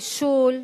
נישול,